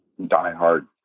diehard